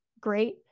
great